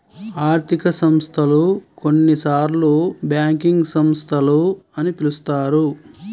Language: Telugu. ఆర్థిక సంస్థలు, కొన్నిసార్లుబ్యాంకింగ్ సంస్థలు అని పిలుస్తారు